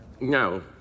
No